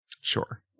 Sure